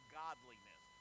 godliness